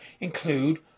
include